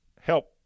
help